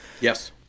Yes